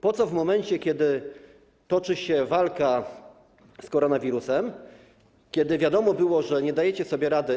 Po co w momencie, kiedy toczy się walka z koronawirusem, kiedy wiadomo było, że nie dajecie sobie rady?